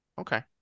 Okay